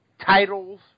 Titles